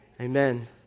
Amen